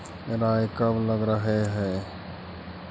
राई कब लग रहे है?